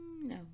No